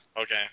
okay